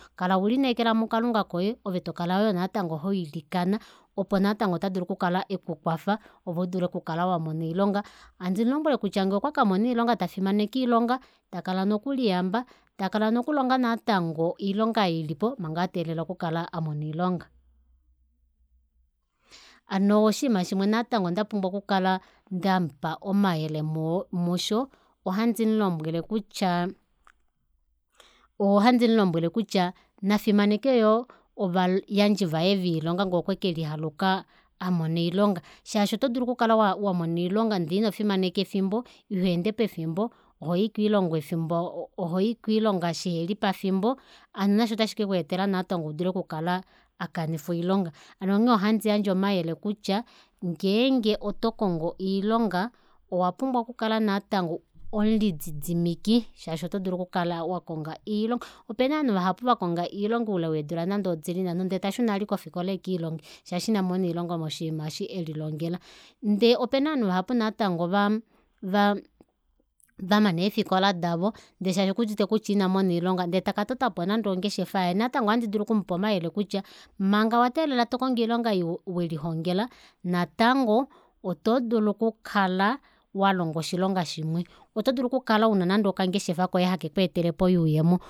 Kala welineekela mukalunga koye ove tokala yoo natango hoilikana opo natango otadulu okukala ekukwafa ove udule okukala wamona oilonga handi mulombwele kutya ngee okwa kamona oilonga tafimaneke oilonga takala noku liyamba takala nokulonga natango oilonga ei ilipo manga ateelela oku kala amona oilonga hano oshinima shimwe ndapumbwa okukala ndemupa omayele muwo musho ohandi mulombwele kutya ohandi mulombwele kutya nafimaneke yoo ovayandji vaye voilonga ngeenge okwe kelihaluka amona oilonga shaashi oto dulu okukala wa wamona oilonga ndee inofimaneka efimbo ihoonde pefimbo ohoi kiilonga pefimbo ohoikiilonga shiheli pafimbo hano nasho ota shikeku etela natango udule okukala akanifa oilonga hano onghee ohandi yandje omayele kutya ngeenge otokongo oilonga owa pumbwa okukala natango omwiididimiki shaashi otodulu okukala natango wakonga oilonga opena ovanhu vahapu vakonga oilonga oule weedula nande odili nhano ndee tashuna vali kofikola ashike ekiilonge hsaashi ina mona oilonga moshinima eshi elilongela ndee opena ovanhu vahapu natango va va vamana eefikola davo ndee shaashi okuudite kutya ina mona oilonga ndee taka totapo nande ongeshefa yaye natango ohandi dulu okumupa omayele kutya manga wateelela tokongo oilonga oyo welilongela natango oto dulu okukala walonga oshilonga shimwe otodulu okukala una nande okangeshefa koye hake kweetelepo oyuuyemo